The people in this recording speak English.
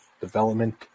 development